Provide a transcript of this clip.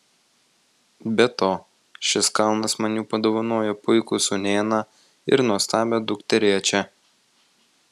be to šis kalnas man jau padovanojo puikų sūnėną ir nuostabią dukterėčią